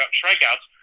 strikeouts